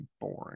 boring